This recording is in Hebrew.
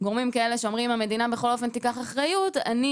יבינו שאם המדינה לוקחת בכל מקרה אחריות אז